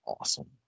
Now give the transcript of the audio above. awesome